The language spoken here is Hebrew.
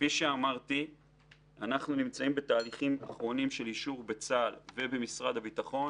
אנחנו נמצאים בתהליכים אחרונים של אישור בצה"ל ובמשרד הביטחון